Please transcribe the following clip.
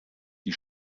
die